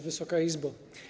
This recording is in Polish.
Wysoka Izbo!